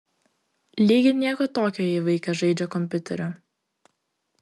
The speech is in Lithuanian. lyg ir nieko tokio jei vaikas žaidžia kompiuteriu